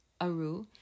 aru